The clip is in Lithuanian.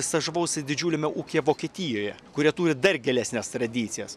stažavausi didžiuliame ūkyje vokietijoje kurie turi dar gilesnes tradicijas